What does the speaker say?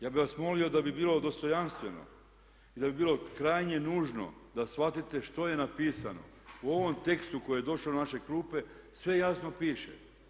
Ja bih vas molio da bi bilo dostojanstveno i da bi bilo krajnje nužno da shvatite što je napisano, u ovom tekstu koji je došao na naše klupe sve jasno piše.